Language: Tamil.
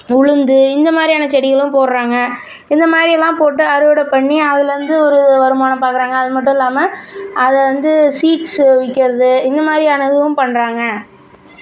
உளுந்து இந்தமாதிரியான செடிகளும் போடுகிறாங்க இந்தமாரிலாம் போட்டு அறுவடை பண்ணி அதுலேருந்து ஒரு வருமானம் பார்க்குறாங்க அது மட்டும் இல்லாமல் அது வந்து சீட்ஸ்சு விற்கிறது இந்தமாதிரியான இதுவும் பண்றாங்கள்